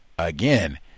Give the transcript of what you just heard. Again